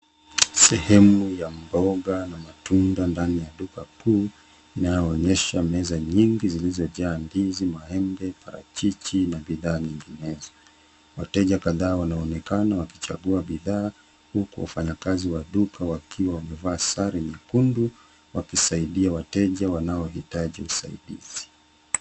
Sehemu ya mboga na matunda ndani ya duka kuu inaonyesha meza nyingi zilizojaa ndizi maembe pawpaw parichichi na bidhaa nyinginezo. Wateja kadhaa wanaonekana wakichagua bidhaa huku wafanyi kazi wa duka wakiwa wamevaa sare nyekundu wakisaidia wateja wanaoitaji usaidizi.